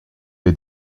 bij